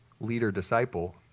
leader-disciple